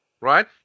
Right